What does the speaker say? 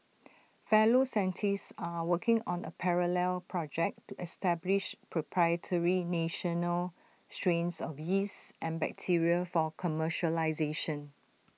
fellow scientists are working on A parallel project to establish proprietary national strains of yeast and bacteria for commercialisation